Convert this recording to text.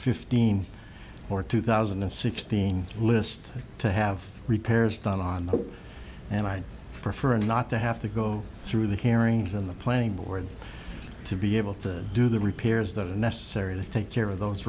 fifteen or two thousand and sixteen list to have repairs done on the and i'd prefer not to have to go through the herrings and the planning board to be able to do the repairs that are necessary to take care of those